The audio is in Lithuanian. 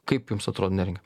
kaip jums atrodo neringa